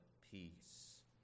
peace